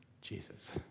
Jesus